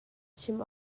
chim